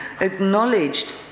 acknowledged